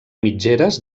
mitgeres